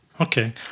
okay